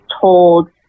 told